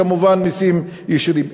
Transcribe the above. כמובן, מסים ישירים?